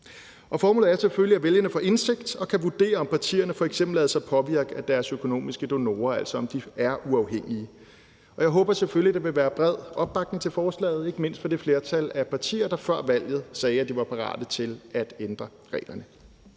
formålet er selvfølgelig, at vælgerne får indsigt og kan vurdere, om partierne f.eks. lader sig påvirke af deres økonomiske donorer, altså om de er uafhængige. Og jeg håber selvfølgelig, der vil være bred opbakning til forslaget, ikke mindst fra det flertal af partier, der før valget sagde, at de var parate til at ændre reglerne.